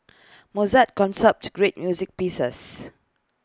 Mozart great music pieces